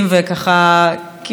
וככה כמעט,